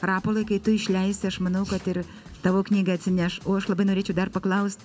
rapolai kai tu išleisi aš manau kad ir tavo knygą atsineš o aš labai norėčiau dar paklaust